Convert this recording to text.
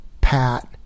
Pat